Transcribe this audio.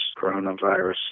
coronavirus